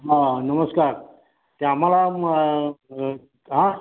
हा नमस्कार ते आम्हाला आं